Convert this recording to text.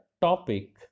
topic